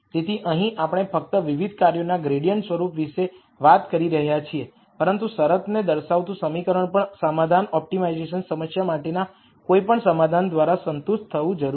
તેથી અહીં આપણે ફક્ત વિવિધ કાર્યોના ગ્રેડિઅન્ટ સ્વરૂપ વિશે વાત કરી રહ્યા છીએ પરંતુ શરતને દર્શાવતું સમીકરણ પણ સોલ્યુશન ઓપ્ટિમાઇઝેશન સમસ્યા માટેના કોઈપણ સોલ્યુશન દ્વારા સંતુષ્ટ થવું જરૂરી છે